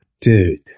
Dude